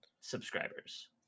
subscribers